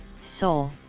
Soul